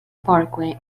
parkway